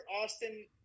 Austin